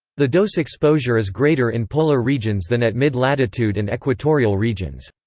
the dose exposure is greater in polar regions than at mid-latitude and equatorial regions.